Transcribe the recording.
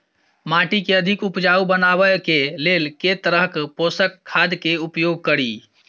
माटि केँ अधिक उपजाउ बनाबय केँ लेल केँ तरहक पोसक खाद केँ उपयोग करि?